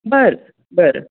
बरं बरं